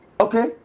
Okay